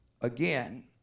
again